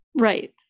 Right